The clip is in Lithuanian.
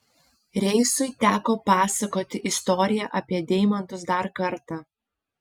reisui teko pasakoti istoriją apie deimantus dar kartą